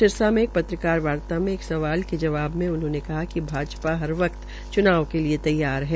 सिरसा में एक पत्रकारवार्ता में एक सवाल के ाव में उन्होंने कहा कि भा पा हर वक्त च्नाव के लिये तैयार है